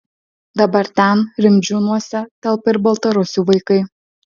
dabar ten rimdžiūnuose telpa ir baltarusių vaikai